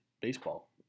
Baseball